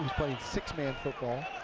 plays six man football,